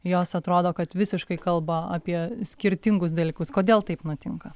jos atrodo kad visiškai kalba apie skirtingus dalykus kodėl taip nutinka